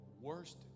worst